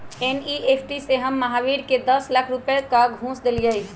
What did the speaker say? NEFT से हम महावीर के दस लाख रुपए का घुस देलीअई